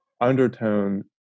undertone